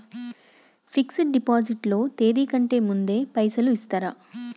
Fix డ్ deposit లో తేది కంటే ముందే పైసలు ఇత్తరా?